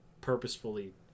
purposefully